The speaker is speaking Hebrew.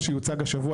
מה שיוצג השבוע,